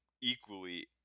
equally